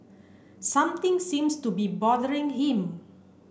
something seems to be bothering him